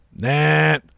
Nah